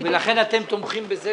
ולכן אתם תומכים בזה,